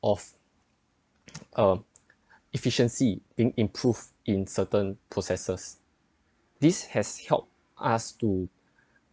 of uh efficiency being improve in certain processes this has helped us to